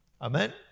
Amen